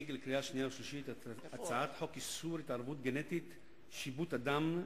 נציגנו היקר ברבות מהפעולות שלנו בחוץ-לארץ,